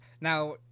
now